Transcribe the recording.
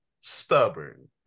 stubborn